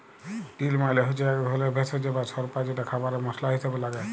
deal মালে হচ্যে এক ধরলের ভেষজ বা স্বল্পা যেটা খাবারে মসলা হিসেবে লাগে